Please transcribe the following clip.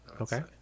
Okay